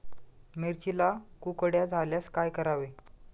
मिरचीला कुकड्या झाल्यास काय करावे?